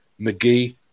McGee